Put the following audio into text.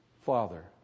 Father